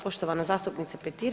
Poštovana zastupnice Petir.